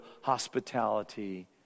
hospitality